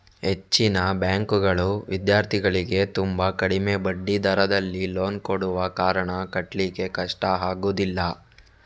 ಹೆಚ್ಚಿನ ಬ್ಯಾಂಕುಗಳು ವಿದ್ಯಾರ್ಥಿಗಳಿಗೆ ತುಂಬಾ ಕಡಿಮೆ ಬಡ್ಡಿ ದರದಲ್ಲಿ ಲೋನ್ ಕೊಡುವ ಕಾರಣ ಕಟ್ಲಿಕ್ಕೆ ಕಷ್ಟ ಆಗುದಿಲ್ಲ